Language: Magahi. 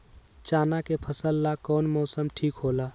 चाना के फसल ला कौन मौसम ठीक होला?